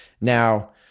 Now